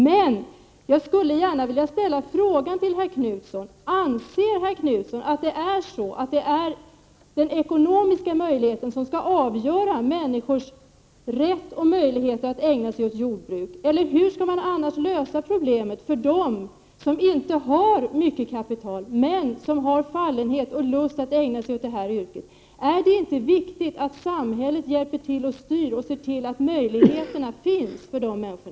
Men jag skulle gärna vilja fråga herr Knutson: Anser herr Knutson att det är de ekonomiska förutsättningarna som skall avgöra människors rätt och möjlighet att ägna sig åt jordbruk? Hur skall man lösa problemet för dem som inte har mycket kapital men som har fallenhet för yrket och har lust att ägna sig åt det? Är det inte viktigt att samhället hjälper till och styr utvecklingen, så att möjligheterna finns för dessa människor?